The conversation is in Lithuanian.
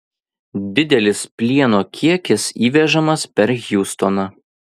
didelis plieno kiekis įvežamas per hjustoną